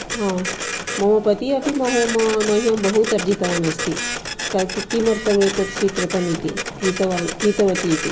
हा मम पति अपि म मह्यं बहु तर्जितवान् अस्ति का किमर्थम् एतत् स्वीकृतमिति कृतवान् क्रीतवती इति